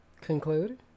Conclude